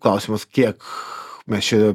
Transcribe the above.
klausimas kiek mes čia